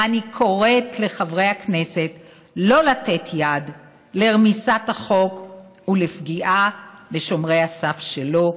אני קוראת לחברי הכנסת לא לתת יד לרמיסת החוק ולפגיעה בשומרי הסף שלו,